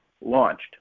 launched